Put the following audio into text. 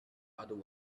other